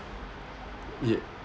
ya